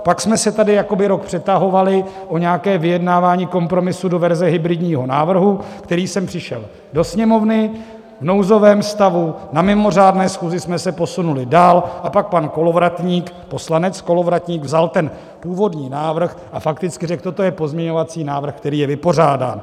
Pak jsme se tady rok přetahovali o nějaké vyjednávání kompromisu do verze hybridního návrhu, který sem přišel do Sněmovny, v nouzovém stavu na mimořádné schůzi jsme se posunuli dál a pak pan Kolovratník, poslanec Kolovratník, vzal ten původní návrh a fakticky řekl: Toto je pozměňovací návrh, který je vypořádán.